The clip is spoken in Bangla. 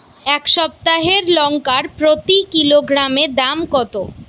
এই সপ্তাহের লঙ্কার প্রতি কিলোগ্রামে দাম কত?